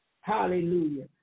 Hallelujah